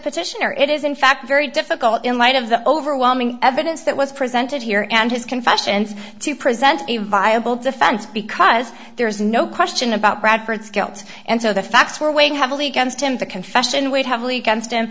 petitioner it is in fact very difficult in light of the overwhelming evidence that was presented here and his confession is to present a viable defense because there is no question about bradford scouts and so the facts were weighing heavily against him the confession weighed heavily against